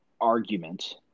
argument